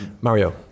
Mario